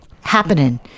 happening